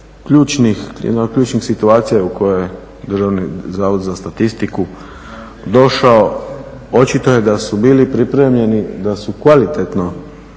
jedan od ključnih situacija u kojoj Državni zavod za statistiku došao, očito je da su bili pripremljeni, da su kvalitetno